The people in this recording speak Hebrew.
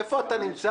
איפה אתה נמצא?